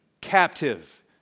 captive